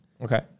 Okay